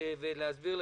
הסעיף הראשון,